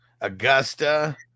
Augusta